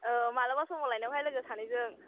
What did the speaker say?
औ मालाबा समाव लायनांगौहाय लोगो सानैजों